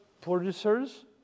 producers